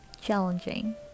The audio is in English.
challenging